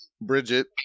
Bridget